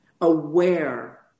Aware